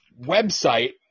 website